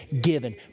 given